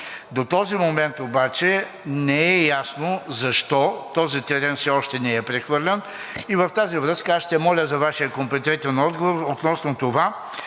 До този момент обаче не е ясно защо този терен все още не е прехвърлен. В тази връзка аз ще моля за Вашия компетентен отговор относно това